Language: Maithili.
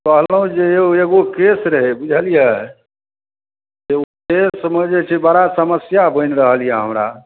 कहलहुँ जे यौ एगो केस रहै बुझलियै से ओ केसमे जे छै से बड़ा समस्या बनि रहल यए हमरा